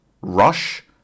Rush